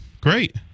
Great